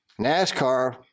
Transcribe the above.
NASCAR –